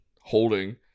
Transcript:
holding